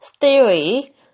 theory